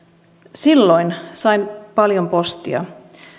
silloin sain paljon postia